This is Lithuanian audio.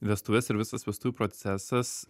vestuvės ir visas vestuvių procesas